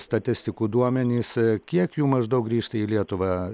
statistikų duomenys kiek jų maždaug grįžta į lietuvą